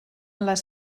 les